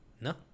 no